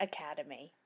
Academy